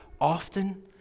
often